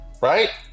right